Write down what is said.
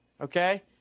Okay